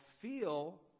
feel